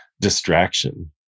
distraction